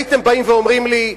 הייתם באים ואומרים לי: